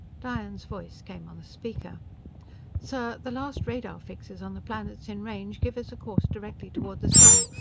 diane's voice came on the speaker sir, the last radar fixes on the planets in range give us a course directly toward the sun.